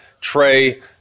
Trey